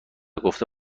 گفته